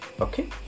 okay